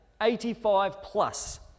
85-plus